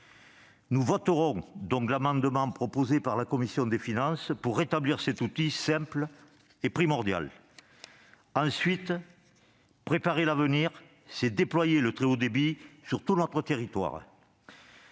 Nous voterons donc l'amendement proposé par la commission des finances pour rétablir cet outil simple et primordial. Très bien ! Ensuite, préparer l'avenir, c'est déployer le très haut débit sur tout notre territoire.